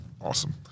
awesome